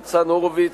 ניצן הורוביץ,